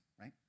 right